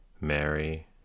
Mary